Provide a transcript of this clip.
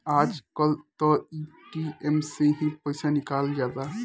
आज कल त ए.टी.एम से ही पईसा निकल जाता